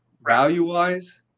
value-wise